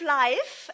life